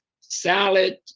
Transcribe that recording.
salad